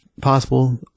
possible